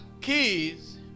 keys